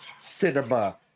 cinema